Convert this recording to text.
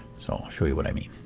so, i'll show you what i mean.